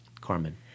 Carmen